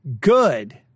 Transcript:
good